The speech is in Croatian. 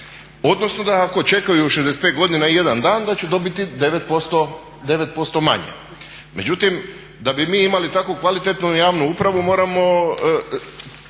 odnosno ako čekaju 65. godina i 1 dan da će dobiti 9% manje. Međutim da bi mi imali tako kvalitetnu javnu upravu moramo